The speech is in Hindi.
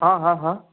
हाँ हाँ हाँ